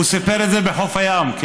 הוא סיפר את זה בחוף הים.